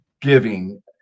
giving